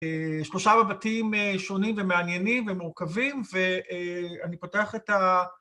‫שלושה מבטים שונים ומעניינים ומורכבים, ‫ואני פותח את ה...